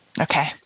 okay